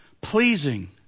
pleasing